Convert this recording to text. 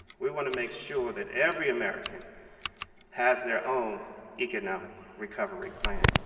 we want to make sure that every american has their own economic recovery plan.